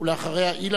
אילן גילאון,